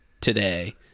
today